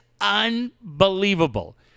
unbelievable